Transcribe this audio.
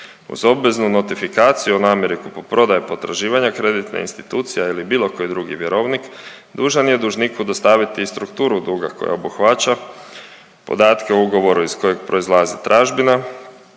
Uz obvezu notifikaciju o namjeri kupoprodaje potraživanja kreditna institucija ili bilo koji drugi vjerovnik, dužan je dužniku dostaviti i strukturu duga koja obuhvaća podatke o ugovoru iz kojeg proizlazi tražbina,